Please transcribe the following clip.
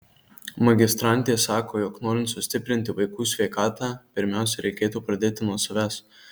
magistrantė sako jog norint sustiprinti vaikų sveikatą pirmiausia reikėtų pradėti nuo savęs